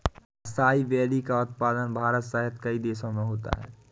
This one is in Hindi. असाई वेरी का उत्पादन भारत सहित कई देशों में होता है